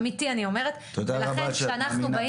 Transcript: אמיתי אני אומרת ולכן -- תודה רבה שאת מאמינה